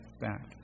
back